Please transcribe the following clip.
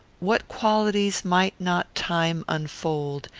what qualities might not time unfold,